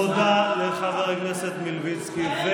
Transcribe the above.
תודה לחבר הכנסת מלביצקי.